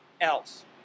else